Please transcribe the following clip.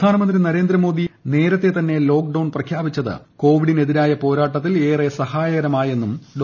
പ്രധാനമന്ത്രി നരേന്ദ്രമോദി നേരത്തെ തന്നെ ലോക്ഡൌൺ പ്രഖ്യാപിച്ചത് കോവിഡിനെതിരായ പോരാട്ടത്തിൽ ഏറെ സഹായകരമായെന്നും ഡോ